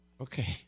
Okay